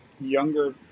younger